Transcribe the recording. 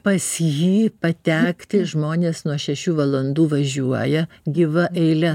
pas jį patekti žmonės nuo šešių valandų važiuoja gyva eile